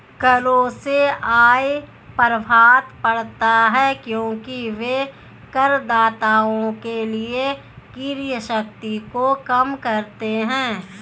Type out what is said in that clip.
करों से आय प्रभाव पड़ता है क्योंकि वे करदाताओं के लिए क्रय शक्ति को कम करते हैं